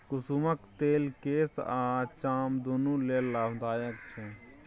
कुसुमक तेल केस आ चाम दुनु लेल लाभदायक छै